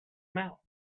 mouth